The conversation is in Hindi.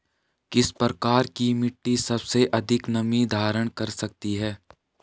किस प्रकार की मिट्टी सबसे अधिक नमी धारण कर सकती है?